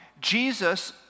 Jesus